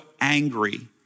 angry